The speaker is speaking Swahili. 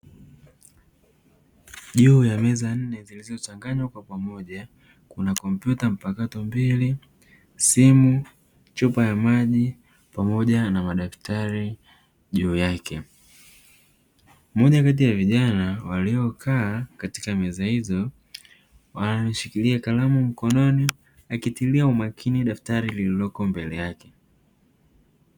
Juu ya meza nne zilizochanganywa kwa pamoja kuna kompyuta mpakato mbili, simu, chupa ya maji, pamoja na madaftari juu yake. Moja kati ya vijana waliokaa katika meza hizo, anashikilia kalamu mkononi akitilia umakini katika daftari lililoko mbele yake.